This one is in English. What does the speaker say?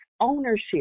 ownership